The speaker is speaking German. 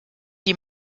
die